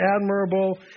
admirable